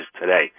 today